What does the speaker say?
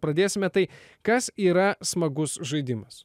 pradėsime tai kas yra smagus žaidimas